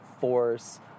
force